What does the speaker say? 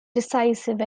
decisive